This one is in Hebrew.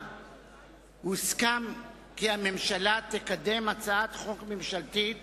הוסכם כי הממשלה תקדם הצעת חוק ממשלתית